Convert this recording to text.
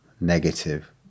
negative